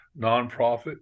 nonprofit